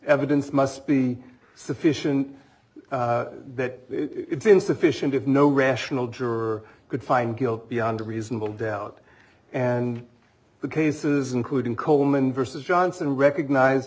evidence must be sufficient that it's insufficient have no rational juror could find guilt beyond a reasonable doubt and the cases including coleman versus johnson recognize